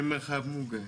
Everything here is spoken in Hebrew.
למרחב מוגן.